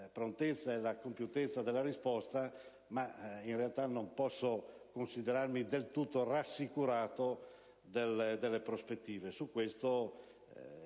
la prontezza e la compiutezza della risposta, ma non posso considerarmi del tutto rassicurato dalle prospettive che